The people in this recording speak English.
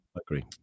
agree